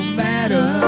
matter